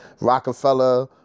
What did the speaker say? Rockefeller